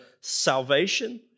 salvation